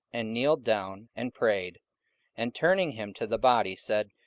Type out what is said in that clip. and kneeled down, and prayed and turning him to the body said,